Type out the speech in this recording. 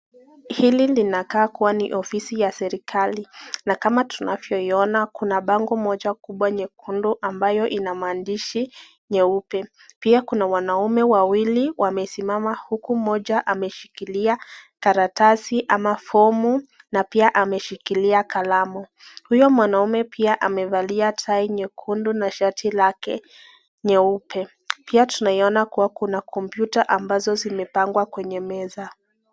Hapa panakaa kuwa ni ofisi ya serikali. Kama tunavyo ona kuna bango kubwa nyekundu ambayo Ina maandishi nyeupe. Pia kuna wanaume wawili wamesimama huku mmoja ameshikilia karatasi ama fomu na pia ameshikilia kalamu. Huyo mwanaume pia amevalia tai nyekundu na shati lake nyeupe. Pia tunaiona kuwa kuna computer ambazo zimepangua kwenye meza.